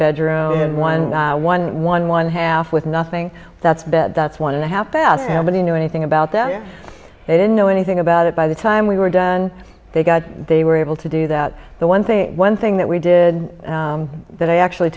bedroom and one one one one half with nothing that's bed that's one and a half bath and when he knew anything about that they didn't know anything about it by the time we were done and they got they were able to do that the one thing one thing that we did that i actually